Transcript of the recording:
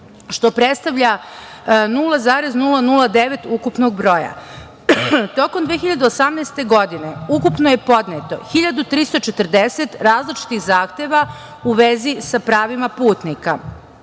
što predstavlja 0,009 ukupnog broja. Tokom 2018. godine, ukupno je podneto 1340 različitih zahteva, u vezi sa pravima putnika,